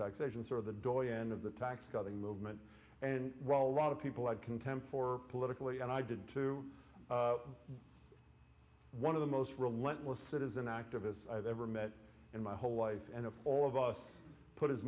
taxation sort of the doyen of the tax cutting movement and while lot of people had contempt for politically and i did too one of the most relentless citizen activists i've ever met in my whole life and of all of us put as